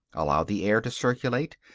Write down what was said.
allow the air to circulate,